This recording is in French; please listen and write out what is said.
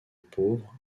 pauvres